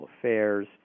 affairs